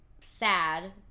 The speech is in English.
sad